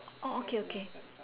oh okay okay